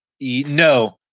No